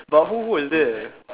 but who who is there